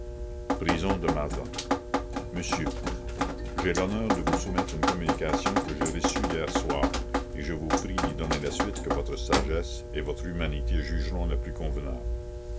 prison de mazas monsieur j'ai l'honneur de vous soumettre une communication que j'ai reçue hier soir et je vous prie d'y donner la suite que votre sagesse et votre humanité jugeront la plus convenable